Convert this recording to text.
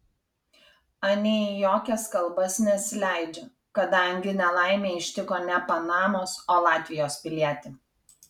anie į jokias kalbas nesileidžia kadangi nelaimė ištiko ne panamos o latvijos pilietį